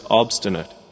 obstinate